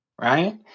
right